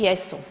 Jesu.